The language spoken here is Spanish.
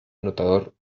anotador